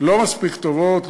לא מספיק טובות,